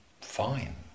fine